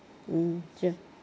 mm true